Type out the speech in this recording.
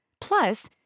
Plus